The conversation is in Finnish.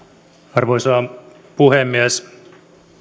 arvoisa puhemies